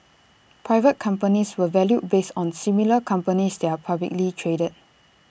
private companies were valued based on similar companies that are publicly traded